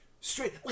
straight